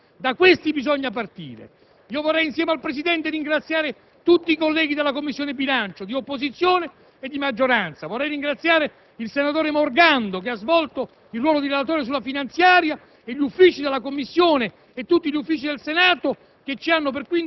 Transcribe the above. Ci sono testi, dibattiti e proposte, da questi bisogna partire. Insieme al Presidente, vorrei ringraziare tutti i colleghi della Commissione bilancio, di opposizione e di maggioranza. Vorrei ringraziare il senatore Morgando, che ha svolto il suo ruolo di relatore della finanziaria, gli uffici della Commissione